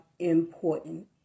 important